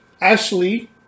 Ashley